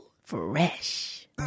Fresh